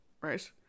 right